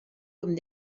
comme